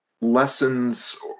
lessons